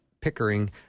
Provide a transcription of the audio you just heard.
Pickering